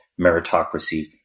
meritocracy